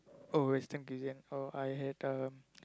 oh Western cuisine oh I had uh